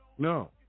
No